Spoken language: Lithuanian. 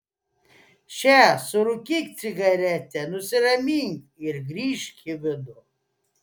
še surūkyk cigaretę nusiramink ir grįžk į vidų